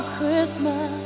Christmas